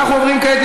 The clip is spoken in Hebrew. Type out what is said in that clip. אנחנו עוברים כעת,